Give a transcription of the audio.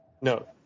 No